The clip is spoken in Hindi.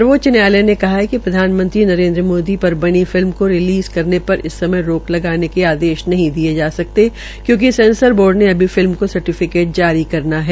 सर्वोच्च न्यायालय ने कहा है कि प्रधानमंत्री नरेन्द्र मोदी पर बनी फिल्म को रिलीज़ करने पर इस समय रोक लगाने के आदेश जारी नहीं किये जा सकते क्योकि सेंसर बोर्ड ने अभी फिल्म का सर्टिफिकेट जारी करना है